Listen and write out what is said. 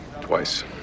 Twice